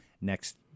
next